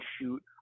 shoot